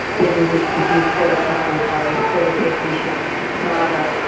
then we would produce better football players, better technicians, smarter,